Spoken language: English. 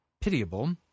pitiable